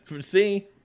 See